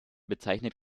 bezeichnet